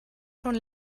schon